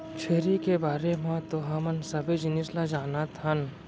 छेरी के बारे म तो हमन सबे जिनिस ल जानत हन